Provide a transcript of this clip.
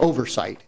oversight